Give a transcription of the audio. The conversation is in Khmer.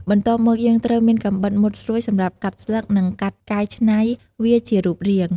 បន្ទាប់មក យើងត្រូវមានកាំបិតមុតស្រួចសម្រាប់កាត់ស្លឹក និងកាត់កែឆ្នៃវាជារូបរាង។